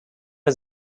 was